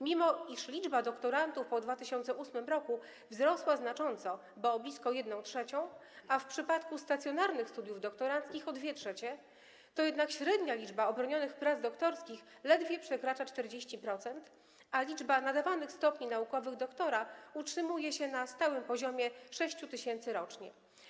Mimo iż liczba doktorantów po 2008 r. wzrosła znacząco, bo o blisko 1/3, a w przypadku stacjonarnych studiów doktoranckich o 2/3, to jednak średnia liczba obronionych prac doktorskich ledwie przekracza 40%, a liczba nadawanych stopni naukowych doktora utrzymuje się na stałym poziomie 6 tys. rocznie.